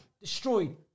destroyed